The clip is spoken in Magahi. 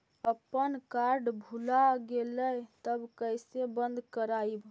अपन कार्ड भुला गेलय तब कैसे बन्द कराइब?